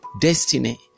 destiny